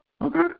Okay